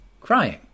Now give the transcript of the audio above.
crying